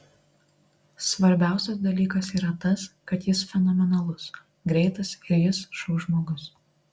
svarbiausias dalykas yra tas kad jis fenomenalus greitas ir jis šou žmogus